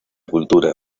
cultura